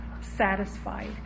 satisfied